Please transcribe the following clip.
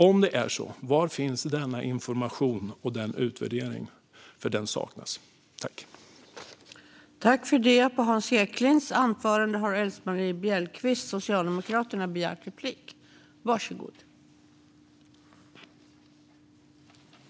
Om ja, var finns i så fall den utvärderingen och informationen? Den saknas ju här.